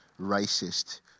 racist